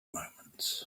moments